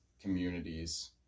communities